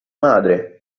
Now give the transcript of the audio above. madre